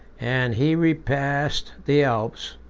and he repassed the alps,